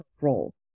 role